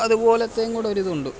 അതുപോലത്തേങ്കൂടൊരിതുണ്ട്